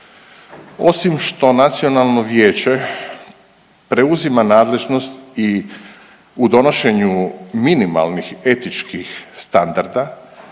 Osim što Nacionalno vijeće preuzima nadležnost i u donošenju minimalnih etičkih standarda